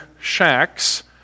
shacks